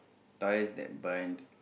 ties that bind